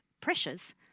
pressures